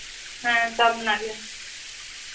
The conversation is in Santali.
ᱦᱮᱸ ᱪᱟᱯ ᱢᱮᱱᱟᱜ ᱜᱮᱭᱟ